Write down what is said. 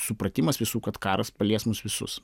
supratimas visų kad karas palies mus visus